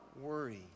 worry